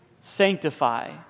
Sanctify